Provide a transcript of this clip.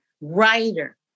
writer